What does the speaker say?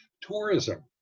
tourism